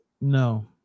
No